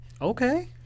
Okay